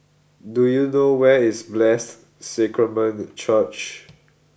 do you know where is Blessed Sacrament Church